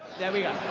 there we are.